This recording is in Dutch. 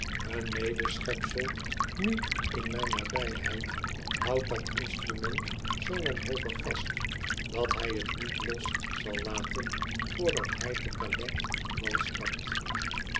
een medeschepsel nu in mijn nabijheid houdt dat instrument zoo wanhopig vast dat hij t niet los zal laten voordat hij te calais aan wal stapt